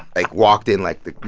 like, walked in like the you